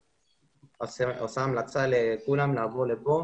ממליץ לכולם לבוא לכאן.